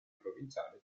provinciale